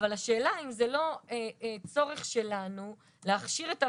אבל השאלה אם זה לא צורך שלנו להכשיר את הוועדה,